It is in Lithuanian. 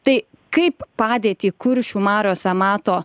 tai kaip padėtį kuršių mariose mato